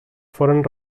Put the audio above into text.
foren